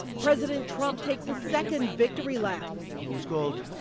president trump takes a second victory lap who is gold.